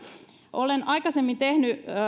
olen aikaisemmin tehnyt